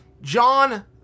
John